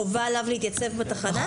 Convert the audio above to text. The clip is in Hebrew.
חובה עליו להתייצב בתחנה?